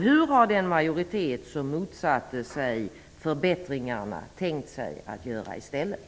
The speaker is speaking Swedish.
Hur har den majoritet som motsatte sig förbättringarna tänkt göra i stället?